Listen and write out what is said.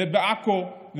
ובעכו,